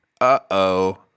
uh-oh